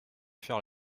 faire